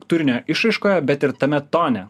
turinio išraiškoje bet ir tame tone